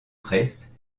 presse